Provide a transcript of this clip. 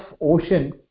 ocean